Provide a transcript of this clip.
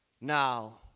Now